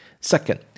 Second